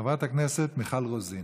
חברת הכנסת מיכל רוזין,